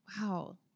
Wow